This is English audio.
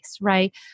right